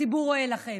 הציבור רואה לכם.